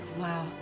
Wow